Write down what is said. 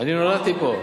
אני נולדתי פה.